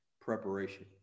Preparation